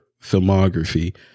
filmography